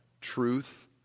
Truth